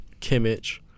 Kimmich